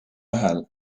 ühel